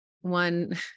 one